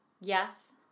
Yes